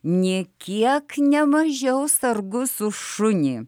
nė kiek ne mažiau sargus už šunį